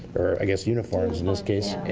or i guess uniforms in this case.